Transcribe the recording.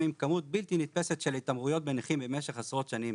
עם כמות בלתי נתפסת של התעמרויות בנכים במשך עשרות שנים.